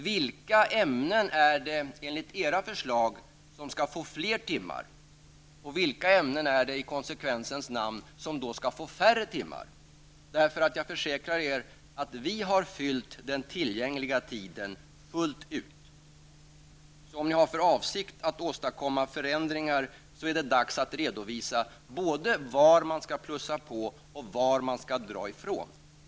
Vilka ämnen är det enligt era förslag som skall få fler timmar och vilka ämnen är det i konsekvensens namn som skall få färre timmar? Jag försäkrar er att vi har fyllt ut den tillgängliga tiden. Om ni har för avsikt att åstadkomma förändringar är det dags att redovisa både var man skall plussa på och var man skall ta bort.